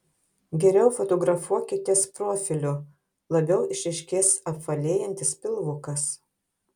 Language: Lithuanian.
geriau fotografuokitės profiliu labiau išryškės apvalėjantis pilvukas